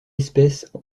espèce